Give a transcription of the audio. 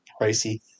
pricey